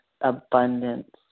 abundance